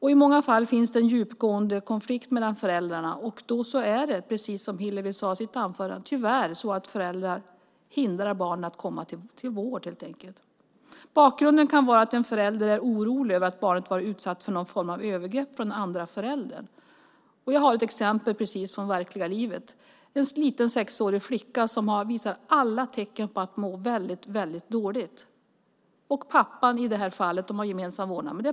I många fall finns en djupgående konflikt mellan föräldrarna. Då är det, precis som Hillevi sade i sitt anförande, tyvärr så att föräldrar kan hindra barnet från att få vård. Bakgrunden kan vara att en förälder är orolig över att barnet varit utsatt för någon form av övergrepp från den andra föräldern. Jag har ett exempel från verkliga livet. En sliten sexårig flicka visar alla tecken på att må väldigt dåligt. Föräldrarna har gemensam vårdnad.